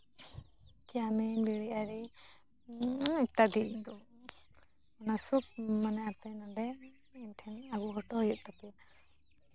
chowmein ᱟᱨ ᱵᱤᱨᱭᱟᱱᱤ ᱤᱛᱛᱟᱫᱤ ᱤᱧ ᱫᱚ ᱚᱱᱟ ᱥᱳᱵ ᱢᱟᱱᱮ ᱟᱯᱮ ᱱᱚᱰᱮ ᱤᱧ ᱴᱷᱮᱱ ᱟᱜᱩ ᱦᱚᱴᱚ ᱦᱩᱭᱩᱜ ᱛᱟᱯᱮᱭᱟ